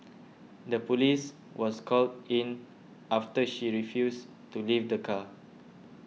the police was called in after she refused to leave the car